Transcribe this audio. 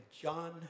John